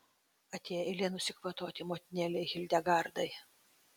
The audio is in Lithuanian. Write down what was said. atėjo eilė nusikvatoti motinėlei hildegardai